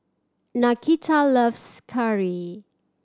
Nakita loves curry